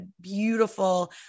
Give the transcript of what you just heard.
beautiful